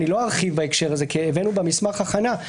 אני לא ארחיב בהקשר הזה, כי הבאנו במסמך ההכנה.